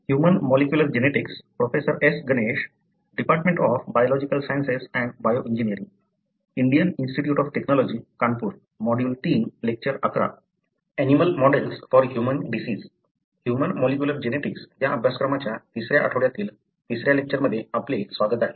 human molecular genetics या अभ्यासक्रमाच्या तिसऱ्या आठवड्यातील तिसऱ्या लेक्चरमध्ये आपले स्वागत आहे